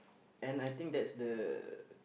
and I think that's the